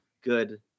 good